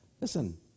listen